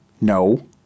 no